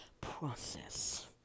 process